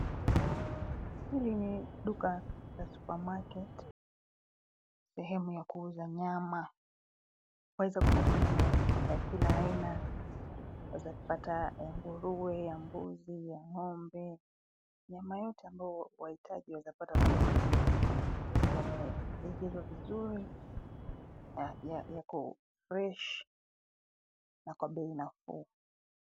Hili ni duka la supermarket sehemu ya kuuza nyama. Waweza kupata nyama ya kila aina, waweza kupata ya nguruwe, ya mbuzi, ya ngombe nyama yote wahitaji waweza pata pale yamegezwa vizuri, yako fresh na kwa bei nafuu.